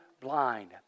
blind